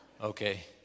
Okay